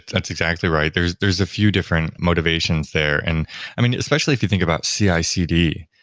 that's exactly right. there's there's a few different motivations there. and i mean, especially if you think about cicd,